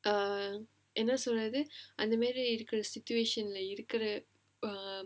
என்ன சொல்லறது அந்த மாதிரி இருக்க:enna sollradhu antha maathiri irukka situation இருக்குற:irukkura uh